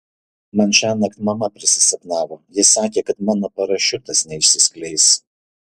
man šiąnakt mama prisisapnavo ji sakė kad mano parašiutas neišsiskleis